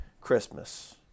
Christmas